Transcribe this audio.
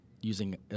using